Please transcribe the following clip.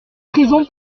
prison